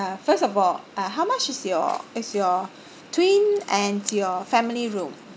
uh first of all uh how much is your is your twin and your family room